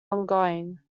ongoing